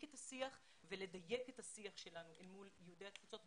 את השיח ולדייק את השיח שלנו אל מול יהודי התפוצות,